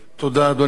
תודה, אדוני.